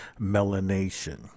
melanation